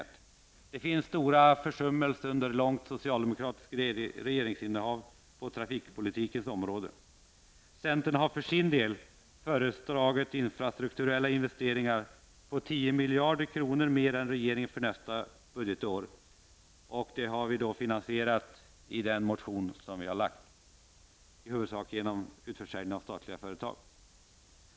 På trafikpolitikens område har det förekommit många stora försummelser under det långa socialdemokratiska regeringsinnehavet. Centern har för sin del föreslagit infrastrukturella investeringar på 10 miljarder kronor mer än regeringen för nästa budgetår. I vår motion har vi föreslagit att dessa investeringar skall finansieras i huvudsak genom utförsäljning av statliga företag.